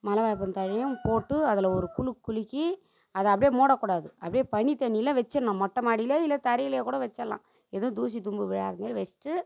மலை வேப்பந்தழையும் போட்டு அதில் ஒரு குலுக்கு குலுக்கி அதை அப்படியே மூடக்கூடாது அப்படியே பனி தண்ணியில் வெச்சிடணும் மொட்டை மாடியிலேயாது இல்லை தரையிலேயோ கூட வெச்சிடலாம் எதுவும் தூசி தும்பு விழாத மாரி வெச்சுட்டு